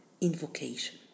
invocation